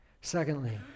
Secondly